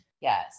yes